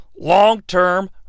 long-term